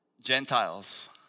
Gentiles